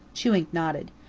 chewink nodded.